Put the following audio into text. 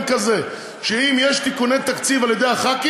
כזה שאם יש תיקוני תקציב על-ידי חברי הכנסת,